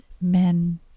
men